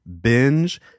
binge